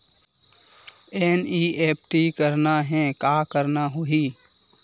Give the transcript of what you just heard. NEFT करना हे का करना होही?